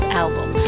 album